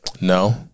No